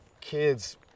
kids